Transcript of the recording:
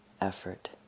effort